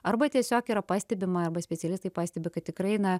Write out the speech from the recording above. arba tiesiog yra pastebima arba specialistai pastebi kad tikrai na